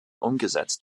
umgesetzt